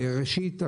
ראשית,